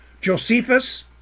Josephus